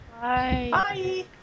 Bye